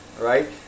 right